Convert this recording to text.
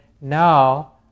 now